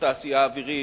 התעשייה האווירית,